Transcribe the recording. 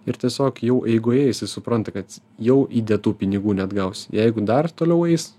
ir tiesiog jau eigoje jisai supranta kad jau įdėtų pinigų neatgaus jeigu dar toliau eis